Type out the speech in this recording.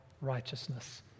righteousness